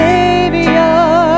Savior